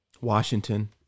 Washington